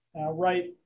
Right